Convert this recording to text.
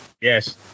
yes